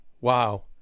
Wow